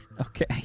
Okay